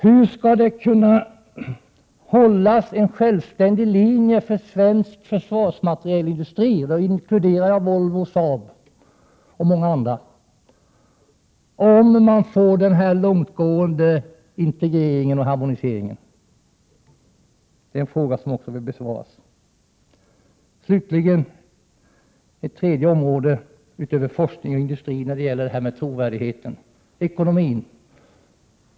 Hur skall det kunna hållas en självständig linje för svensk försvarsmaterielindustri — och där inkluderar jag Volvo och Saab och många andra — om man får en långtgående integrering och harmonisering i Europa? Det är en fråga som också bör besvaras. Ett tredje område utöver forskning och industri när det gäller trovärdigheten är ekonomin.